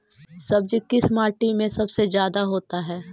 सब्जी किस माटी में सबसे ज्यादा होता है?